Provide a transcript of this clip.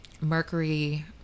mercury